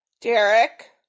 Derek